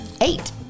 eight